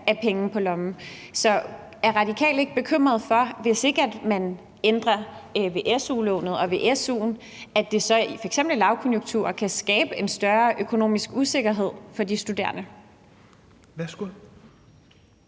er penge på lommen. Så er Radikale ikke bekymrede for, at det, hvis man ikke ændrer ved su-lånet og ved su'en, f.eks. i lavkonjunkturer, kan skabe en større økonomisk usikkerhed for de studerende?